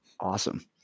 awesome